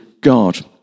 God